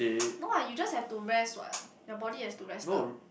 no lah you just have to rest what your body has to rest up